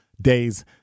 Day's